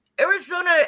Arizona